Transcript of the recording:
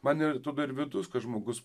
man yra tada ir vidus kad žmogus